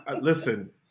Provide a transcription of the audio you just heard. Listen